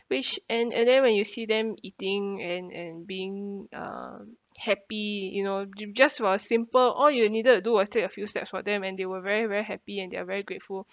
which and and then when you see them eating and and being uh happy you know j~ just for a simple all you needed to do was take a few steps for them and they were very very happy and they're very grateful